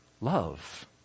love